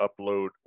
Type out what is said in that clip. upload